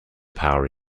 power